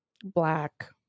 black